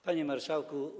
Panie Marszałku!